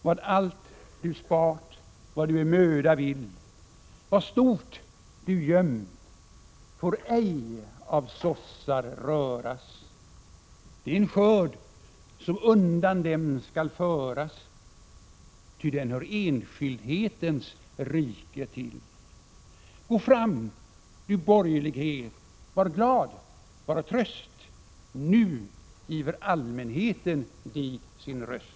Vad allt du spar't, vad du i möda vill, vad stort du gömt, får ej av sossar röras. Det är en skörd som undan dem skall föras ty den hör enskildhetens rike till. Gå fram du borg”lighet, var glad, var tröst, nu giver allmänheten dig sin röst!